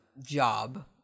job